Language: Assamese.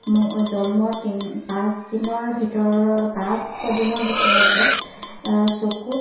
মোৰ জন্মৰ তিনি পাঁচদিনৰ ভিতৰৰ পাঁচ ছয় দিনৰ ভিতৰতে চকুত